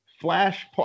Flash